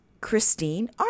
Christine